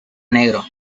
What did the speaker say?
negro